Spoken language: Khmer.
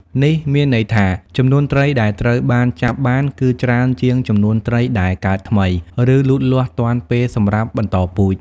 នេះមានន័យថា ចំនួនត្រីដែលត្រូវបានចាប់បានគឺច្រើនជាងចំនួនត្រីដែលកើតថ្មី ឬលូតលាស់ទាន់ពេលសម្រាប់បន្តពូជ។